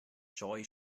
joy